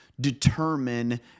determine